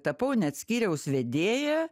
tapau net skyriaus vedėja